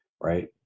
right